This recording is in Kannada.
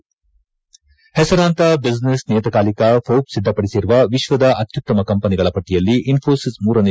ಪೆಸರಾಂತ ಬಿಸಿನೆಸ್ ನಿಯತಕಾಲಿಕ ಪೋರ್ಬ್ ಸಿದ್ಧಪಡಿಸಿರುವ ವಿಶ್ವದ ಅತ್ಯುತ್ತಮ ಕಂಪನಿಗಳ ಪಟ್ಟಿಯಲ್ಲಿ ಇನ್ನೋಸಿಸ್ ಮೂರನೇ